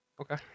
okay